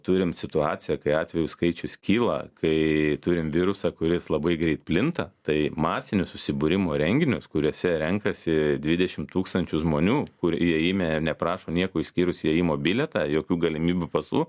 turim situaciją kai atvejų skaičius kyla kai turim virusą kuris labai greit plinta tai masinių susibūrimo renginius kuriuose renkasi dvidešim tūkstančių žmonių kur įėjime neprašo nieko išskyrus įėjimo bilietą jokių galimybių pasų